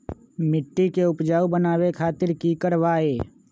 मिट्टी के उपजाऊ बनावे खातिर की करवाई?